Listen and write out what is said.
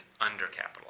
undercapitalized